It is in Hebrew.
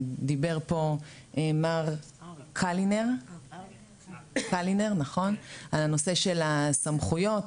דיבר כאן מר קלינר על הנושא של הסמכויות.